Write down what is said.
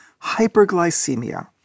hyperglycemia